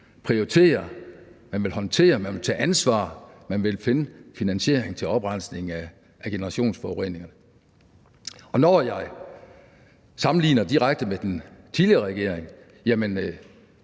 prioritere, håndtere, tage ansvar, finde finansieringen til oprensningen af generationsforureninger. Når jeg sammenligner direkte med den tidligere regering og med